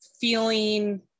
feeling